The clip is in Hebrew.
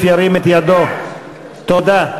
תודה.